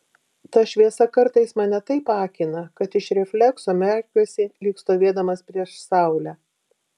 ta šviesa kartais mane taip akina kad iš reflekso merkiuosi lyg stovėdamas prieš saulę